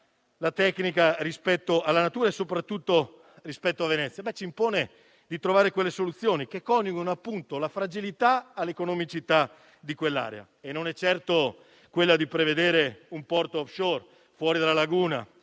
la tecnica rispetto alla natura e soprattutto rispetto a Venezia? Ci impone di trovare delle soluzioni che coniughino appunto la fragilità con l'economicità di quell'area. E la soluzione non è certo prevedere un porto *offshore* fuori dalla laguna,